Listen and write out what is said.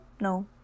No